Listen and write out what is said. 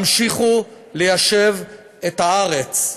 המשיכו ליישב את הארץ.